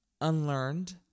unlearned